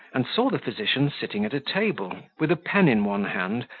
and saw the physician sitting at a table, with a pen in one hand,